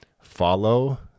Follow